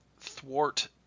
thwart